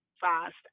fast